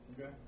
Okay